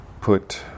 put